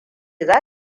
za